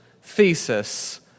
thesis